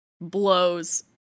blows